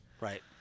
Right